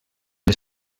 les